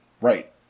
Right